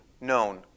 known